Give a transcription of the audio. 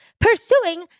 pursuing